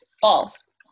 False